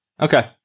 Okay